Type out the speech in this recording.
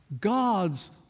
God's